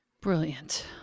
Brilliant